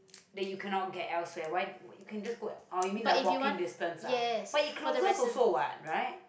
the you cannot get else where why you can just go oh you mean like walking distance ah but is closer also what right